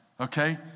Okay